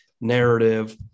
narrative